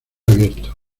abierto